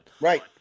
Right